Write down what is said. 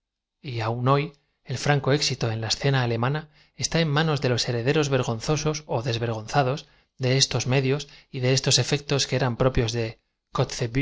y aun hoy el franco éxito en la escena alemana está en ma nos de los herederos vergonzosos ó desvergonzados de estos efectos que eran propios de